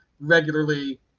regularly